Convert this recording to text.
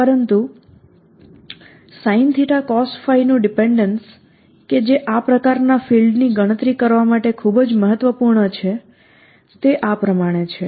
પરંતુ sinθ cosϕ નું ડીપેન્ડેન્સ કે જે આ પ્રકારના ફીલ્ડની ગણતરી કરવા માટે ખૂબ જ મહત્વપૂર્ણ છે તે આ પ્રમાણે છે